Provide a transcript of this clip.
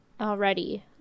already